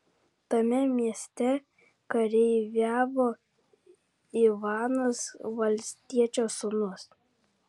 tame mieste kareiviavo ivanas valstiečio sūnus